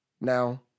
now